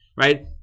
right